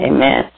Amen